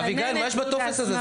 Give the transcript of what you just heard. אביגיל, מה יש בטופס הזה?